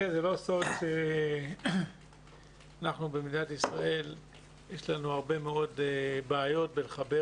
אין זה סוד שבמדינת ישראל יש לנו הרבה מאוד בעיות בלחבר